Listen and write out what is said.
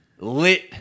Lit